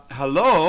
hello